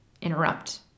interrupt